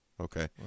okay